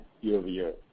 year-over-year